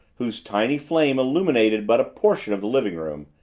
whose tiny flame illuminated but a portion of the living-room,